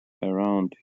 around